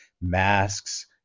Masks